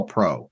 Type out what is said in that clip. Pro